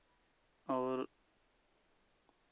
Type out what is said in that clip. और